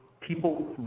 people